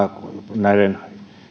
näiden